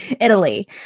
Italy